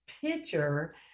picture